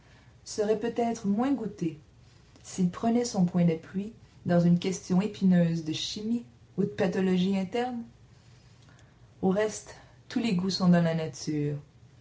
serait peut-être moins goûté s'il prenait son point d'appui dans une question épineuse de chimie ou de pathologie interne au reste tous les goûts sont dans la nature